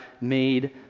made